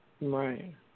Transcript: Right